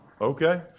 Okay